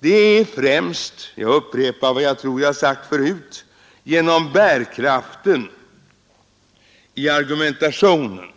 Det är främst jag upprepar vad jag tror att jag sagt förut genom bärkraften i argumentationen,